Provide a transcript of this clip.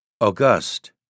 August